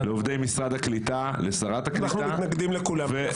אנחנו מתנגדים לכולם.